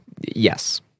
yes